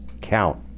count